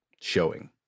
showing